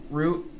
root